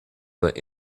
but